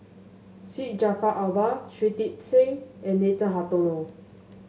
Syed Jaafar Albar Shui Tit Sing and Nathan Hartono